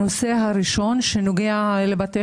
הנושא הראשון נוגע לבתי